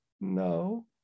no